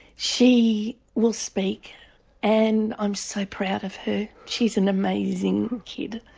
she will speak and i'm so proud of her, she's an amazing kid,